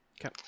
Okay